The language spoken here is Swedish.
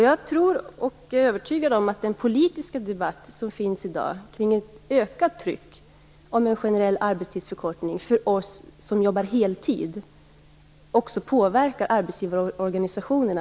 Jag är övertygad om att den politiska debatt som finns i dag kring ett ökat tryck om en generell arbetstidsförkortning för oss som jobbar heltid också påverkar arbetsgivarorganisationerna.